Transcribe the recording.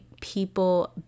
people